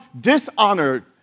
dishonored